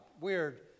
weird